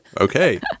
okay